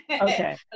Okay